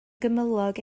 gymylog